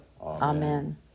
Amen